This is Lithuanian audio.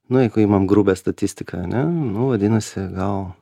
nu jeigu imam grubią statistiką ane nu vadinasi gal